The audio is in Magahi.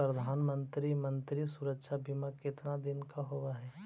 प्रधानमंत्री मंत्री सुरक्षा बिमा कितना दिन का होबय है?